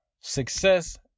success